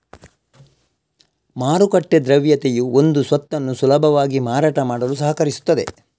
ಮಾರುಕಟ್ಟೆ ದ್ರವ್ಯತೆಯು ಒಂದು ಸ್ವತ್ತನ್ನು ಸುಲಭವಾಗಿ ಮಾರಾಟ ಮಾಡಲು ಸಹಕರಿಸುತ್ತದೆ